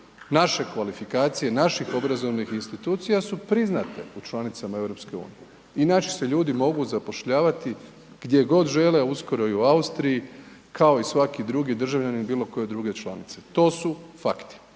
Naše kvalifikacije naših obrazovnih institucija su priznate u članicama EU i naši se ljudi mogu zapošljavati gdje god žele, uskoro i u Austriji kao i svaki drugi državljanin bilo koje druge članice. To su fakti.